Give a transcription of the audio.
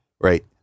right